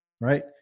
right